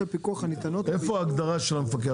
איפה ההגדרה של המפקח?